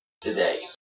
today